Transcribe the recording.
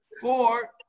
Four